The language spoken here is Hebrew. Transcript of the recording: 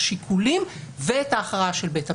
השיקולים ואת ההכרעה של בית המשפט.